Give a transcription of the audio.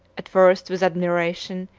at first with admiration,